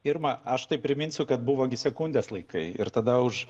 irma aš tai priminsiu kad buvo gi sekundės laikai ir tada už